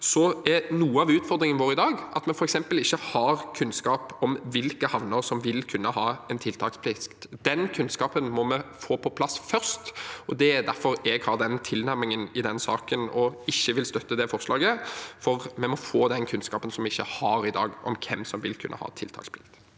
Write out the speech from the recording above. av: Noe av utfordringen vår i dag er at vi ikke har kunnskap om hvilke havner som vil kunne ha en tiltaksplikt. Den kunnskapen må vi få på plass først. Det er derfor jeg har den tilnærmingen i denne saken og ikke vil støtte det forslaget, for vi må få den kunnskapen som vi ikke har i dag, om hvem som vil kunne ha en tiltaksplikt.